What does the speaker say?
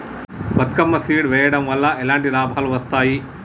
Bathukamma seed వెయ్యడం వల్ల ఎలాంటి లాభాలు వస్తాయి?